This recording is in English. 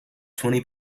twenty